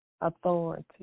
authority